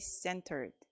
centered